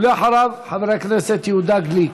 אחריו, חבר הכנסת יהודה גליק.